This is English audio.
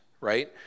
right